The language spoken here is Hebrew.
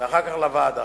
ואחר כך לוועדה,